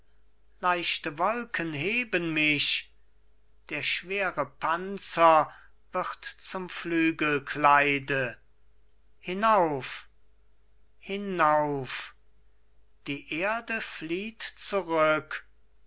leichte wolken heben mich der schwere panzer wird zum flügelkleide hinauf hinauf die erde flieht zurück